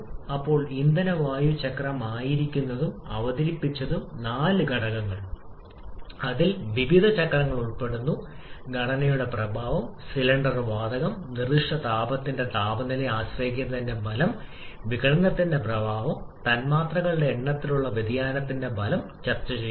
അപ്പോൾ ഇന്ധന വായു ചക്രം ആയിരുന്നു അവതരിപ്പിച്ചതും നാല് ഘടകങ്ങൾ അതിൽ വിവിധ ചക്രങ്ങൾ ഉൾപ്പെടുന്നു ഘടനയുടെ പ്രഭാവം സിലിണ്ടർ വാതകം നിർദ്ദിഷ്ട താപത്തിന്റെ താപനിലയെ ആശ്രയിക്കുന്നതിന്റെ ഫലം വിഘടനത്തിന്റെ പ്രഭാവം തന്മാത്രകളുടെ എണ്ണത്തിലുള്ള വ്യതിയാനത്തിന്റെ ഫലം ചർച്ചചെയ്യപ്പെട്ടു